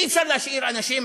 אי-אפשר להשאיר אנשים